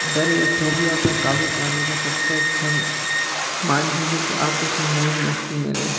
डर या फ़ोबिया पर काबू पाने का सबसे अच्छा माध्यम है कि आप उसे मौज मस्ती में लें